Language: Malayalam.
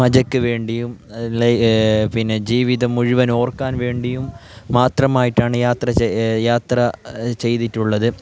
മജക്ക് വേണ്ടിയും പിന്നെ ജീവിതം മുഴുവനും ഓർക്കാൻ വേണ്ടിയും മാത്രമായിട്ടാണ് യാത്ര യാത്ര ചെയ്തിട്ടുള്ളത്